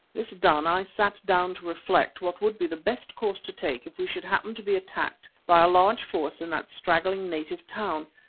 this done i sat down to reflect what would be the best course to take if we should happen to be attacked by a large force in that straggling native town,